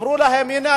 אמרו להם: הנה,